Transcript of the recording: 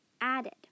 added